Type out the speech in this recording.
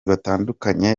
batandukanye